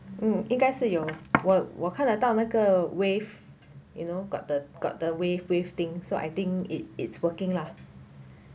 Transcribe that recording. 应该是有我我看的到那个 wave you know got the got the wave wave thing so I think it it's working lah